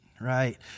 right